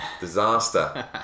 disaster